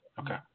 Okay